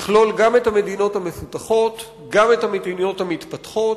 גם את המדינות המפותחות וגם את המדינות המתפתחות.